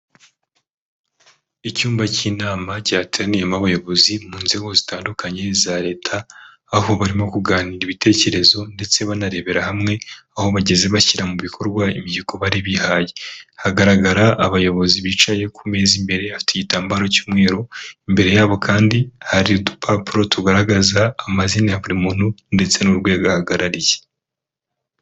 Icyumba cy'inama cyateraniyemo abayobozi mu nzego zitandukanye za leta aho barimo kuganira ibitekerezo ndetse banarebera hamwe aho bageze bashyira mu bikorwako bari bihaye hagaragara abayobozi bicaye ku meza imbere hari igitambaro cy'umweru imbere yabo kandi hari udupapuro tugaragaza amazina ya buri muntu ndetse n'urwego ahagarariye.